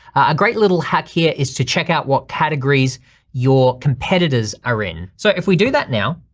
a great little hack here is to check out what categories your competitors are in. so if we do that now,